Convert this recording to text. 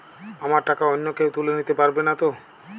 আমার টাকা অন্য কেউ তুলে নিতে পারবে নাতো?